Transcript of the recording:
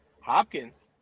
Hopkins